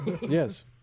yes